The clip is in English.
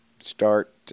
start